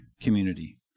community